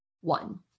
One